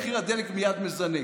מחיר הדלק מייד מזנק.